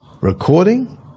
Recording